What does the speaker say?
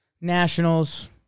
Nationals